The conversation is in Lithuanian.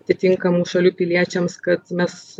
atitinkamų šalių piliečiams kad mes